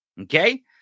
Okay